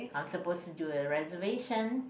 I'm supposed to do a reservation